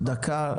דקה,